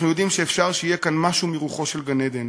אנחנו יודעים שאפשר שיהיה כאן משהו מרוחו של גן-עדן.